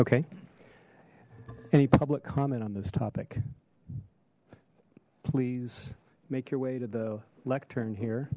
okay any public comment on this topic please make your way to the lectern here